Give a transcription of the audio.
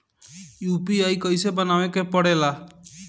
UPI कइसे बनावे के परेला?